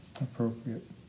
appropriate